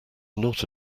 not